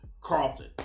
Carlton